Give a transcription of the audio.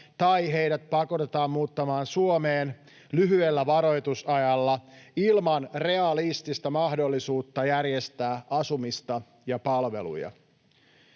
tai heidät pakotetaan muuttamaan Suomeen lyhyellä varoitusajalla ilman realistista mahdollisuutta järjestää asumista ja palveluja.